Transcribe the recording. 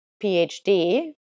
PhD